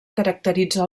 caracteritza